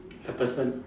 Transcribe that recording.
the person